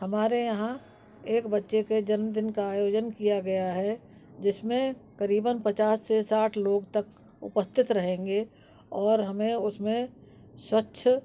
हमारे यहाँ एक बच्चे के जन्मदिन का आयोजन किया गया है जिस में क़रीबन पचास से साठ लोग तक उपस्थित रहेंगे और हमें उस में स्वच्छ